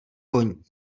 koní